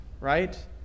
right